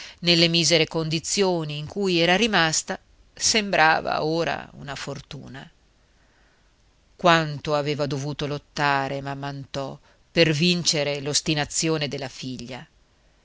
nelle misere condizioni in cui era rimasta sembrava ora una fortuna quanto aveva dovuto lottare mammm'anto per vincere l'ostinazione della figlia